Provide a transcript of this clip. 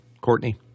Courtney